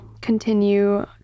continue